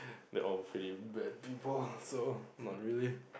they are all pretty bad people so not really